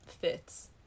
fits